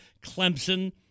Clemson